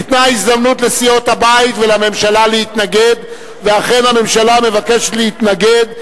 ניתנה הזדמנות לסיעות הבית ולממשלה להתנגד ואכן הממשלה מבקשת להתנגד.